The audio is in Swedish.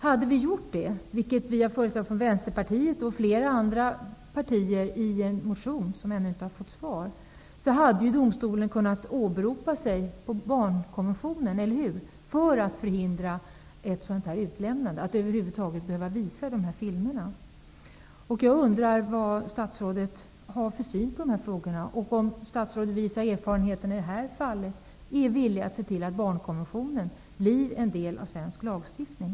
Om vi hade gjort det -- vilket vi från Vänsterpartiet och flera andra partier har föreslagit i en motion som ännu inte har behandlats -- hade domstolen kunnat åberopa barnkonventionen för att förhindra ett utlämnande och visande av dessa filmer, eller hur? Jag undrar hur statsrådet ser på dessa frågor. Är statsrådet, vis av det här fallet, villig att se till att barnkonventionen blir en del av svensk lagstiftning?